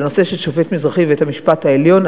זה הנושא של שופט מזרחי בבית-המשפט העליון.